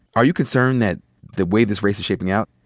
are you concerned that the way this race is shaping out,